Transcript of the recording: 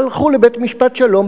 הלכו לבית משפט-השלום.